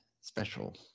special